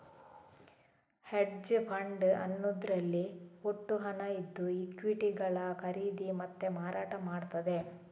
hedge fund ಅನ್ನುದ್ರಲ್ಲಿ ಒಟ್ಟು ಹಣ ಇದ್ದು ಈಕ್ವಿಟಿಗಳ ಖರೀದಿ ಮತ್ತೆ ಮಾರಾಟ ಮಾಡ್ತದೆ